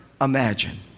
imagine